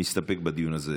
מסתפק בדיון הזה.